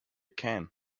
can